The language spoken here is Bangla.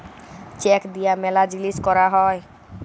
চেক দিয়া ম্যালা জিলিস ক্যরা হ্যয়ে